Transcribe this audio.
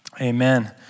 amen